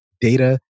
Data